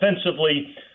offensively